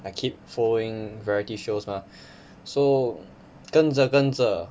I keep following variety shows mah so 跟着跟着